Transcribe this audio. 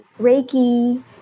Reiki